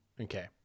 Okay